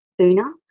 sooner